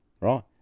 Right